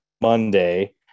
Monday